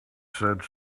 said